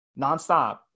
Nonstop